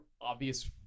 obvious